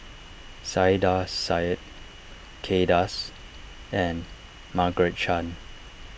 Saiedah Said Kay Das and Margaret Chan